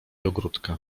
ogródka